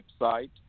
website